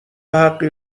حقی